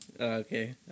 Okay